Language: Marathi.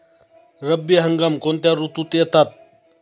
रब्बी हंगाम कोणत्या ऋतूत येतात?